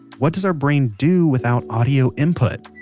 what does our brain do without audio input?